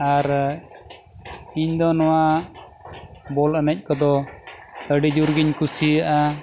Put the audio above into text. ᱟᱨ ᱤᱧ ᱫᱚ ᱱᱚᱣᱟ ᱵᱚᱞ ᱮᱱᱮᱡ ᱠᱚᱫᱚ ᱟᱹᱰᱤ ᱡᱳᱨ ᱜᱤᱧ ᱠᱩᱥᱤᱭᱟᱜᱼᱟ